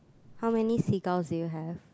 how many seagulls do you have